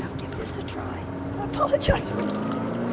i'll give this a try. i apologize for my voice.